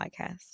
podcast